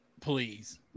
Please